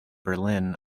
berlin